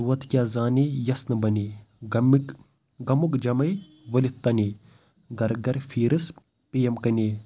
دود کیاہ زانے یَس نہٕ بَنے غمِک غَمُک جَمَے ؤلِتھ تَنے گَر گَر پھیٖرٕس پیٚیَم کَنے